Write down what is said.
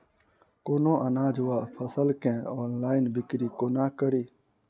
कोनों अनाज वा फसल केँ ऑनलाइन बिक्री कोना कड़ी?